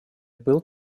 был